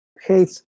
hate